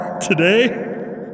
Today